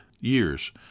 years